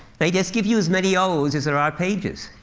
they just give you as many o's as there are pages.